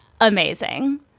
amazing